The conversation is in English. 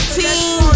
team